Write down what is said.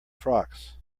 frocks